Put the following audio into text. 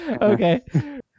Okay